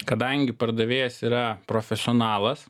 kadangi pardavėjas yra profesionalas